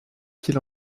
qu’il